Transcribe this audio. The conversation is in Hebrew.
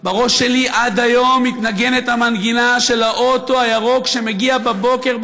בראש שלי עד היום מתנגנת המנגינה של האוטו הירוק שמגיע בבוקר,